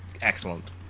excellent